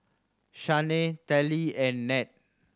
Shanae Telly and Nat